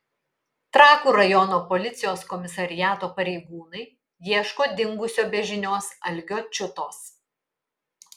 trakų rajono policijos komisariato pareigūnai ieško dingusio be žinios algio čiutos